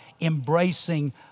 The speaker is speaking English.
embracing